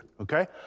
okay